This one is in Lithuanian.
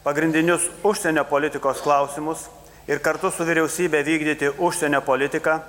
pagrindinius užsienio politikos klausimus ir kartu su vyriausybe vykdyti užsienio politiką